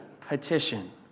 petition